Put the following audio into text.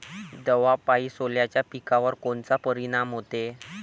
दवापायी सोल्याच्या पिकावर कोनचा परिनाम व्हते?